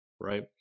right